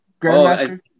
Grandmaster